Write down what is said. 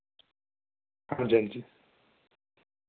हां जी हां जी